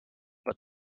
but